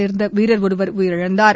சேர்ந்த வீரர் ஒருவர் உயிரிழந்தார்